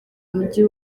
mujyi